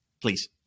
please